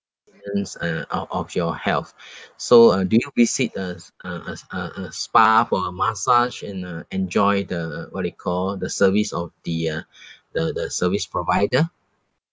uh out of your health so uh do you visit uh s~ uh uh s~ uh uh spa for a massage and uh enjoy the what do you call the service of the uh the the service provider